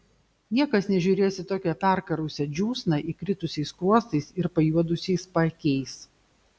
niekas nežiūrės į tokią perkarusią džiūsną įkritusiais skruostais ir pajuodusiais paakiais